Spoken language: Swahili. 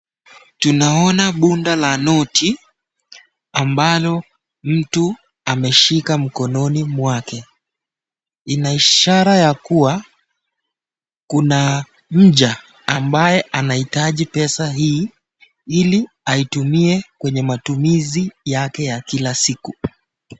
Tunaona bunda la noti ambalo mtu ameshika mkononi mwake, Ina ishara ya kuwa kuna mjaa ambaye anaitaji pesa hii hili atumie kwenye matumishi yake ya kila siku.